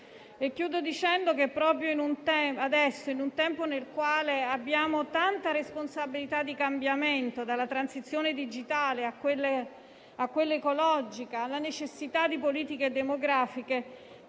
compiendo. Proprio adesso, in un tempo nel quale abbiamo tanta responsabilità di cambiamento, dalla transizione digitale a quella ecologica, alla necessità di politiche demografiche,